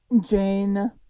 Jane